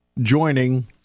joining